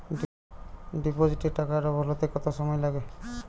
ডিপোজিটে টাকা ডবল হতে কত সময় লাগে?